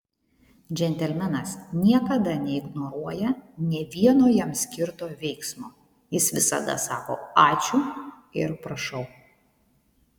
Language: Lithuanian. džentelmenas niekada neignoruoja nė vieno jam skirto veiksmo jis visada sako ačiū ir prašau